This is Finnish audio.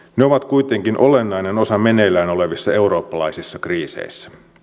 ne ovat kuitenkin olennainen osa meneillään olevissa eurooppalaisissa kriiseissä